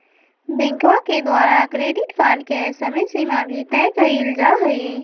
बैंकवा के द्वारा क्रेडिट कार्ड के समयसीमा भी तय कइल जाहई